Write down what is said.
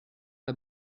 der